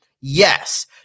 Yes